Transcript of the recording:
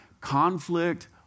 conflict